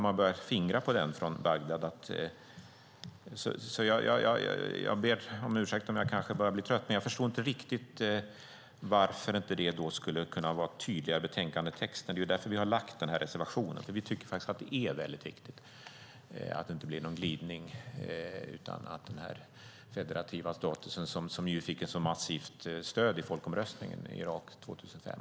Man börjar fingra på den från Bagdad, och vi tycker att det är viktigt. Jag ber om ursäkt om jag kanske börjar bli trött, men jag förstår inte riktigt varför det inte skulle kunna vara tydligare i betänkandetexten. Vi har lämnat den här reservationen därför att vi tycker att det är väldigt viktigt att det inte blir någon glidning i fråga om den federativa statusen, som fick ett så massivt stöd i folkomröstningen i Irak 2005.